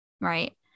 right